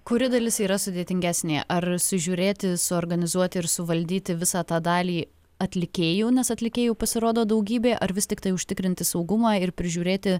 kuri dalis yra sudėtingesnė ar sužiūrėti suorganizuoti ir suvaldyti visą tą dalį atlikėjų nes atlikėjų pasirodo daugybė ar vis tiktai užtikrinti saugumą ir prižiūrėti